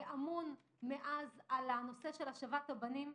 ואמון מאז על הנושא של השבת הבנים,